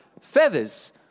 feathers